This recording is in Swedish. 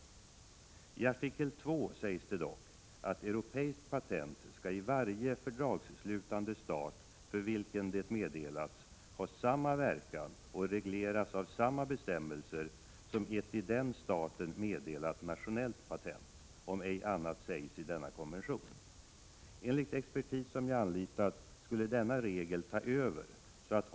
T artikel 2 sägs det dock att ”europeiskt patent skall i varje fördragsslutande stat för vilken det meddelats ha samma verkan och regleras av samma bestämmelser som ett i den staten meddelat nationellt patent, om ej annat sägs i denna konvention” . Enligt den expertis som jag har anlitat skulle denna regel ta över.